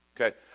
Okay